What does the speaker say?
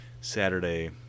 saturday